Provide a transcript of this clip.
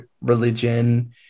religion